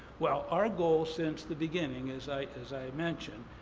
well, our goal since the beginning, as i as i mentioned,